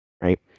right